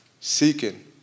seeking